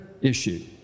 issue